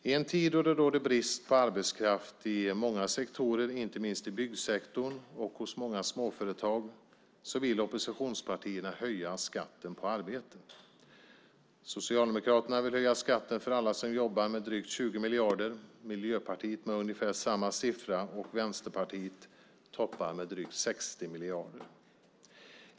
I en tid då det råder brist på arbetskraft i många sektorer, inte minst i byggsektorn och i många småföretag, vill oppositionspartierna höja skatten på arbete. Socialdemokraterna vill höja skatten för alla som jobbar med drygt 20 miljarder, Miljöpartiet med ungefär samma siffra och Vänsterpartiet toppar med 60 miljarder. Fru talman!